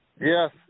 Yes